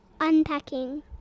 Unpacking